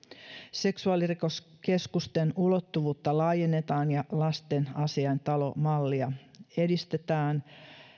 seksuaalirikoskeskusten ulottuvuutta laajennetaan ja lastenasiaintalo mallia edistetään